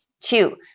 Two